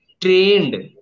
trained